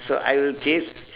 so I will chase